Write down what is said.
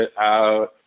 out